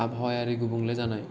आबहावायारि गुबुंले जानाय